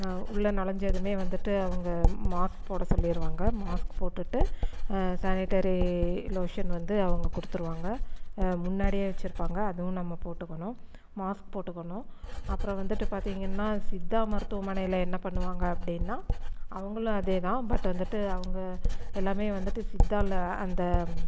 உள்ளே நுழஞ்சதுமே வந்துட்டு அவங்க மாஸ்க் போட சொல்லிடுவாங்க மாஸ்க் போட்டுவிட்டு சேனிடரி லோஷன் வந்து அவங்க கொடுத்துடுவாங்க முன்னாடியே வெச்சுருப்பாங்க அதுவும் நம்ம போட்டுக்கணும் மாஸ்க் போட்டுக்கணும் அப்புறம் வந்துட்டு பார்த்தீங்கன்னா சித்தா மருத்துவமனையில் என்ன பண்ணுவாங்க அப்படின்னா அவங்களும் அதேதான் பட் வந்துட்டு அவங்க எல்லாமே வந்துட்டு சித்தாவில் அந்த